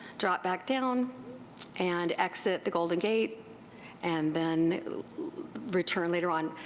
drop back down and exit the golden gate and then return later on.